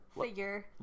figure